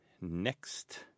Next